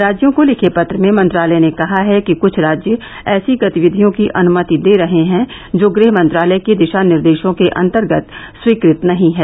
राज्यों को लिखे पत्र में मंत्रालय ने कहा है कि कुछ राज्य ऐसी गतिविधियों की अनुमति दे रहे हैं जो गृह मंत्रालय के दिशा निर्देशों के अंतर्गत स्वीकृत नहीं है